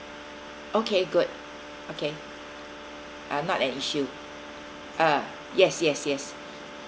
okay good okay uh not an issue uh yes yes yes